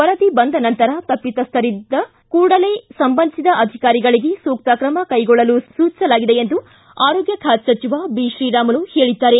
ವರದಿ ಬಂದ ನಂತರ ತಪ್ಪತಸ್ವರಿದ್ದರೆ ಕೂಡಲೇ ಸಂಬಂಧಿಸಿದ ಅಧಿಕಾರಿಗಳಿಗೆ ಸೂಕ್ತ ಕ್ರಮ ಕೈಗೊಳ್ಳಲು ಸೂಚಿಸಲಾಗಿದೆ ಎಂದು ಆರೋಗ್ಯ ಖಾತೆ ಸಚಿವ ಬಿತ್ರೀರಾಮುಲು ಹೇಳಿದ್ದಾರೆ